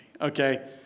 okay